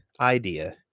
idea